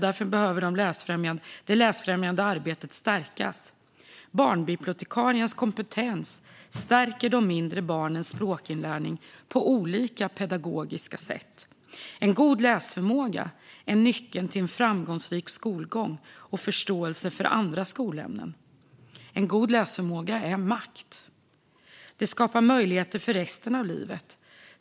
Därför behöver det läsfrämjande arbetet stärkas. Barnbibliotekariens kompetens stärker de mindre barnens språkinlärning på olika pedagogiska sätt. God läsförmåga är nyckeln till en framgångsrik skolgång och förståelse för andra skolämnen. God läsförmåga är makt. Den skapar möjligheter för resten av livet.